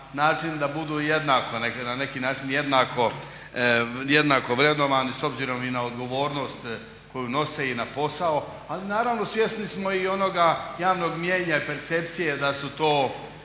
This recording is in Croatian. način da budu na neki način jednako vrednovani s obzirom i na odgovornost koju nose i na posao, ali naravno svjesni smo i onoga javnog mnijenja, percepcije da su to